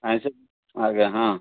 ଆଇଁଷ ଆଜ୍ଞା ହଁ